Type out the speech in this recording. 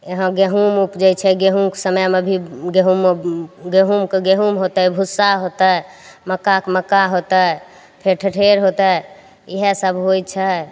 यहाँ गहुँम उपजय छै गेहुँके समयमे भी गहुँममे गहुँमके गहुँम होतय भुस्सा होतय मक्काके मक्का होतय फेर ठठेर होतय इएह सब होइ छै